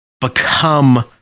become